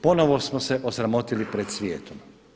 Ponovno smo se osramotili pred svijetom.